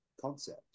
concept